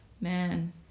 Man